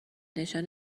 نشان